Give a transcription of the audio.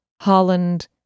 Holland